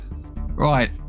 right